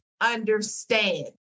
understand